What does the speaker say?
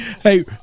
Hey